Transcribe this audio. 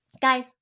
Guys